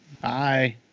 Bye